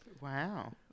Wow